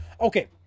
Okay